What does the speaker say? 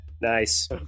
Nice